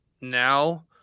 now